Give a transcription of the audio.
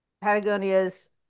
Patagonia's